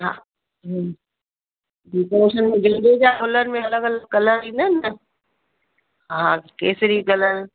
हा डेकोरेशन में गेंदे जे गुलनि में अलॻि अलॻि कलर ईंदा आहिनि न हा केसिरी कलर